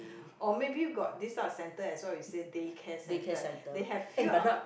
or maybe got this type of centre as well you say day care centre they have few h~